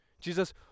Jesus